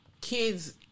kids